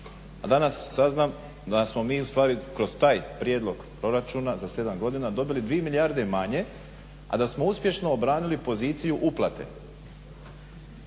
A danas saznam da smo mi ustvari kroz taj prijedlog proračuna za 7 godina dobili 2 milijarde manje, a da smo uspješno obranili poziciju uplate.